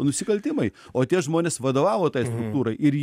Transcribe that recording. nusikaltimai o tie žmonės vadovavo tai struktūrai ir